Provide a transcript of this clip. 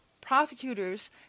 prosecutors